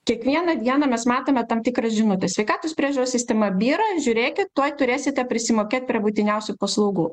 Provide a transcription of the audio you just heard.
kiekvieną dieną mes matome tam tikrą žinutę sveikatos priežiūros sistema byra žiūrėkit tuoj turėsite prisimokėt prie būtiniausių paslaugų